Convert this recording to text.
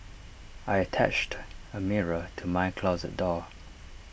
I attached A mirror to my closet door